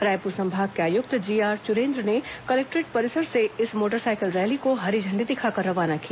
रायपुर संभाग के आयुक्त जीआर चुरेन्द्र ने कलेक्टोरेट परिसर से इस मोटरसाइकिल रैली को हरी झण्डी दिखाकर रवाना किया